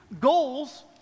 goals